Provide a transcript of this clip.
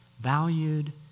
valued